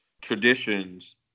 traditions